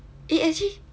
eh actually